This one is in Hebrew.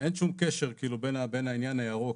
אין שום קשר בין העניין הירוק.